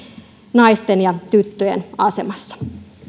naisten ja tyttöjen asemassa